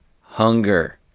hunger